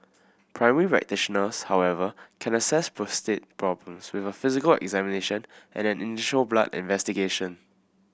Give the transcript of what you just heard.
primary practitioners however can assess prostate problems with a physical examination and an initial blood investigation